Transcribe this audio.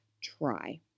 try